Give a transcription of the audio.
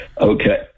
Okay